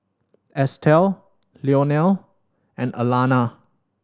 Estelle Leonel and Alanna